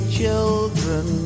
children